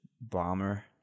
bomber